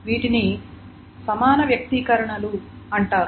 వీటిని సమాన వ్యక్తీకరణలు అంటారు